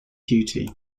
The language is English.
duty